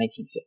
1950